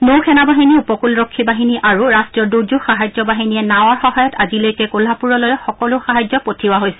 নৌ সেনাবাহিনী উপকূলৰক্ষী বাহিনী আৰু ৰাষ্ট্ৰীয় দুৰ্যোগ সাহায্য বাহিনীয়ে নাওৰ সহায়ত আজিলৈকে কোলহাপুৰলৈ সকলো সাহায্য পঠিওৱা হৈছিল